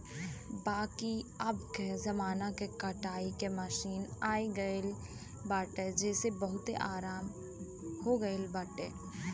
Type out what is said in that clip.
बाकी अबके जमाना में कटाई के मशीन आई गईल बाटे जेसे बहुते आराम हो गईल बाटे